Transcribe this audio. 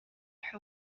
her